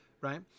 right